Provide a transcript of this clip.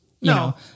No